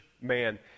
man